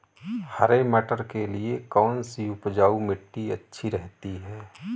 हरे मटर के लिए कौन सी उपजाऊ मिट्टी अच्छी रहती है?